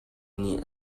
nih